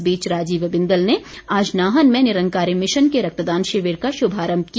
इस बीच राजीव बिंदल ने आज नाहन में निरंकारी मिशन के रक्तदान शिविर का शुभारम्म किया